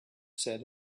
said